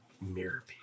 Mirror